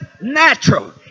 natural